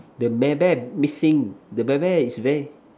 the bear bear missing the bear bear is where